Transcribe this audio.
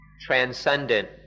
transcendent